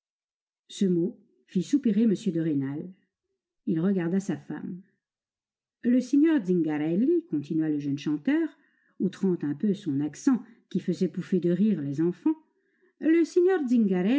ce mot fit soupirer m de rênal il regarda sa femme le signor zingarelli continua le jeune chanteur outrant un peu son accent qui faisait pouffer de rire les enfants le signor